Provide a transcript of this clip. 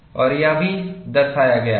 और यह भी यहाँ दर्शाया गया है